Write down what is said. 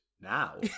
now